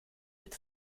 with